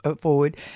forward